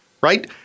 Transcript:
right